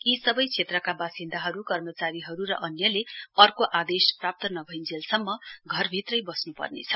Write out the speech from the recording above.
यी सबै क्षेत्रका बासिन्दाहरू कर्मचारीहरू र अन्यले अर्को आदेश प्राप्त नभइञ्जेलसम्म घरभित्रै बस्न्पर्नेछ